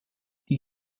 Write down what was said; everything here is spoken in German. die